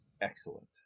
Excellent